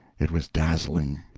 it was dazzling.